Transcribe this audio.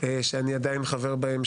של העיר לוד שאני עדיין חבר בהן,